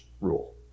rule